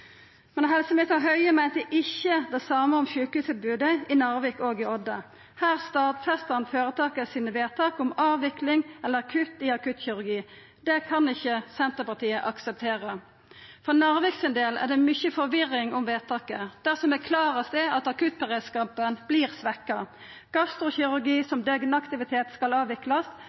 Men helseminister Høie meinte ikkje det same om sjukehustilbodet i Narvik og i Odda. Her stadfestar han vedtaka til føretaka om avvikling eller kutt i akuttkirurgi. Det kan ikkje Senterpartiet akseptera. For Narviks del er det mykje forvirring om vedtaket. Det som er klarast, er at akuttberedskapen vert svekt. Gastrokirurgi som døgnaktivitet skal avviklast